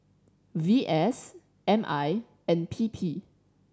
V S M I and P P